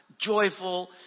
joyful